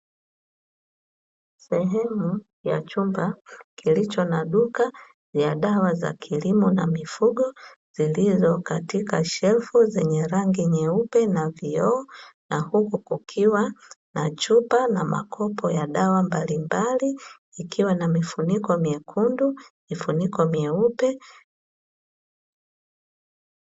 Sehemu ya chumba kilicho na duka ya dawa za kilimo na mifugo, zilizo katika shefu zenye rangi nyeupe na vioo na huku kukiwa na chupa na makopo ya dawa mbalimbali, ikiwa na mifuniko myekundu pamoja na myeupe.